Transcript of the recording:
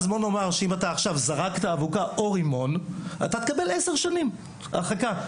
אם זרקת אבוקה או רימון, תקבל 10 שנים הרחקה.